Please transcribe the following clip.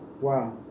wow